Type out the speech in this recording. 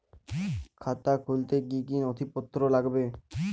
খাতা খুলতে কি কি নথিপত্র লাগবে?